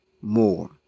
more